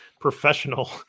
professional